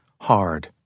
hard